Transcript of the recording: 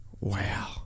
Wow